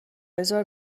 بزار